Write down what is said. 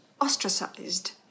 ostracized